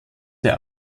der